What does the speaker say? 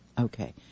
Okay